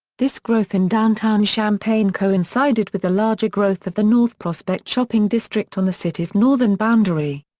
this growth in downtown champaign coincided with the larger growth of the north prospect shopping district on the city's northern boundary.